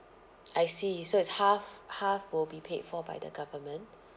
I see so it's half half will be paid for by the government